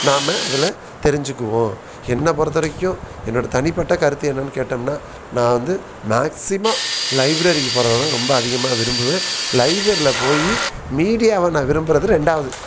நாம் அதில் தெரிஞ்சுக்குவோம் என்னைப் பொறுத்த வரைக்கும் என்னோடய தனிப்பட்ட கருத்து என்னென்னு கேட்டோம்னா நான் வந்து மேக்ஸிமம் லைப்ரரிக்கு போறகித தான் ரொம்ப அதிகமாக விரும்புவேன் லைப்ரரியில் போய் மீடியாவை நாம் விரும்புகிறது ரெண்டாவது